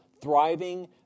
thriving